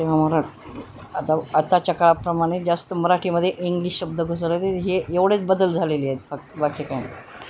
तेव्हा मरा आता आत्ताच्या काळाप्रमाणे जास्त मराठीमध्ये इंग्लिश शब्द घुसवले ते हे एवढेच बदल झालेले आहेत बाकी बाकी काय नाही